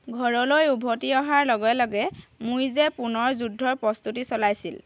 ঘৰলৈ উভতি অহাৰ লগে লগে মুইজ্জে পুনৰ যুদ্ধৰ প্ৰস্তুতি চলাইছিল